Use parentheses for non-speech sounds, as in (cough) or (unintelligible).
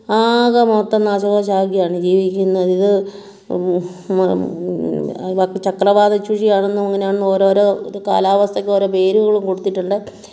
ആകെ മൊത്തം നാശകോശമാക്കിയാണ് ജീവിക്കുന്നത് ഇത് (unintelligible) ചക്രവാതച്ചുഴി ആണെന്നും അങ്ങനെയാണെന്നും ഓരോരോ കാലാവസ്ഥയ്ക്കു ഓരോ പേരുകളും കൊടുത്തിട്ടുണ്ട്